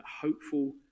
hopeful